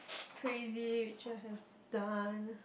crazy which I have done